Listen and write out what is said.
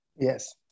Yes